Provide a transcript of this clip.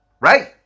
right